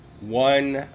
one